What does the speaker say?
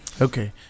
Okay